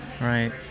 Right